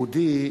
שיהודי,